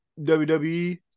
WWE